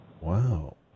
Wow